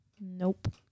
Nope